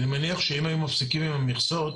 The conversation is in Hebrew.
ואני מניח שאם היו מפסיקים עם המכסות,